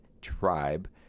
tribe